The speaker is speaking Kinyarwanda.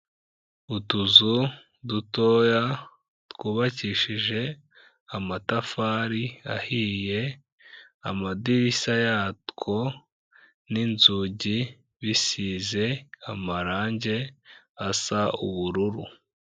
Utuzu dutoya twubakishije amatafari ahiye, amadirishya yatwo n'inzugi bisize amarangi asa ubururu.